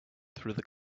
through